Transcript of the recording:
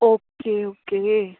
okay okay